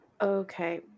Okay